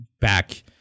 back